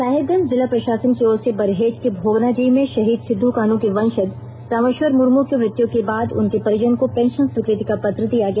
साहिबगंज जिला प्रशासन की ओर से बरहेट के भोगनाडीह में शहीद सिदो कान्हू के वंशज रामेश्वर मुर्म की मृत्यू के बाद उनके परिजन को पेंशन स्वीकृति का पत्र दिया गया